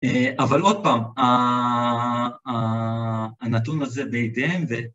אבל עוד פעם, הנתון הזה בהתאם ו...